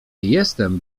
jestem